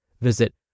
Visit